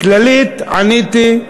בכלליות עניתי: